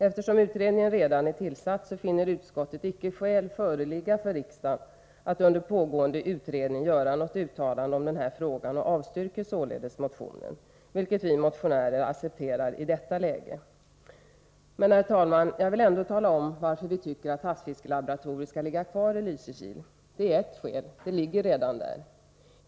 Eftersom utredningen redan är tillsatt, finner utskottet icke skäl föreligga för riksdagen att under pågående utredningsarbete göra något uttalande om den här frågan och avstyrker således motionen, något som vi motionärer accepterar i detta läge. Herr talman! Jag vill ändå tala om varför vi tycker att havsfiskelaboratoriet skall ligga kvar i Lysekil. Ett skäl är att det redan ligger där.